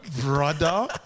Brother